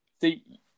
See